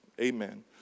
Amen